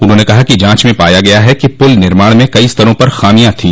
उन्होंने कहा कि जांच में पाया गया है कि पुल निर्माण में कई स्तरों पर ख़ामियां थी